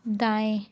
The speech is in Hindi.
दाएँ